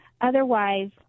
Otherwise